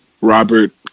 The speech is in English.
Robert